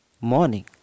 morning